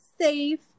safe